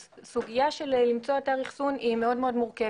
הסוגיה של מציאת אתר אחסון, היא מאוד מאוד מורכבת.